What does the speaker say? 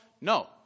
No